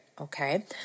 okay